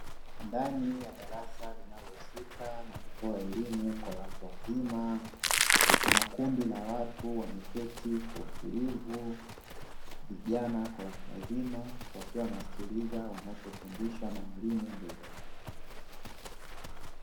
Ndani ya darasa linalohusika na kutoa elimu kwa watu wazima, kuna kundi la watu wameketi kwa utulivu, vijana kwa watu wazima wakiwa wanasikiliza wanachofundishwa na mwalimu mbele yao.